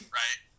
right